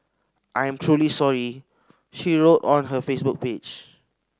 I am truly sorry she wrote on her Facebook page